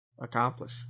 accomplish